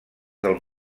del